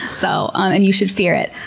so and you should fear it.